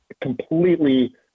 completely